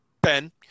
Ben